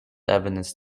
evidence